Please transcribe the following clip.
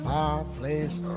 Fireplace